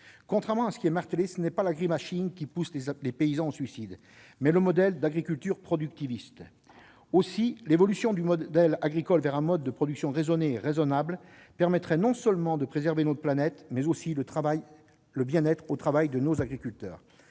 Contrairement à ce qui est martelé, ce n'est pas l'agri-bashing qui pousse les paysans au suicide, mais le modèle d'agriculture productiviste. Aussi, l'évolution du modèle agricole vers un mode de production raisonné et raisonnable permettrait de préserver non seulement notre planète, mais aussi le bien-être au travail de nos agriculteurs.